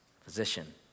physician